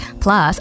Plus